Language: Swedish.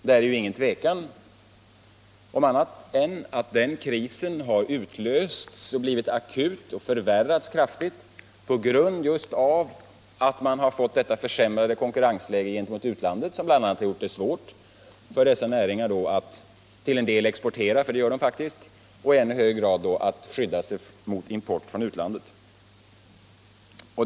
Det är ju inte något tvivel om att den krisen har utlösts, blivit akut och förvärrats kraftigt just därför att man fått detta försämrade konkurrensläge gentemot utlandet, som bl.a. har gjort det mycket svårt för dessa näringar att till en del exportera — för det gör de faktiskt! — och som i ännu högre grad har försvårat deras skydd mot import från utlandet.